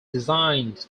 designed